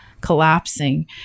collapsing